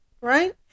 right